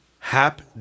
Hap